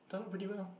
turned out pretty well